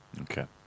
Okay